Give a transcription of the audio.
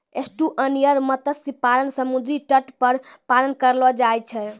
estuarine मत्स्य पालन समुद्री तट पर पालन करलो जाय छै